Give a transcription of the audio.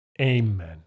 Amen